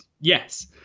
Yes